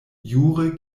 jure